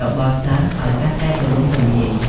របស់សិស្សឱ្យកាន់តែទូលំទូលាយ។